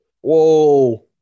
Whoa